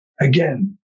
again